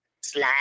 slide